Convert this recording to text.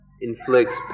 inflicts